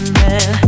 man